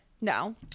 no